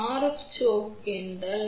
F choke என்றால் என்ன